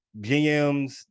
GMs